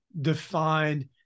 defined